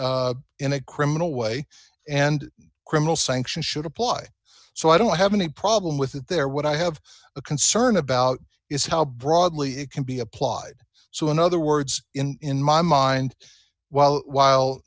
a in a criminal way and criminal sanctions should apply so i don't have any problem with that there what i have a concern about is how broadly it can be applied so in other words in my mind while while